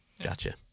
Gotcha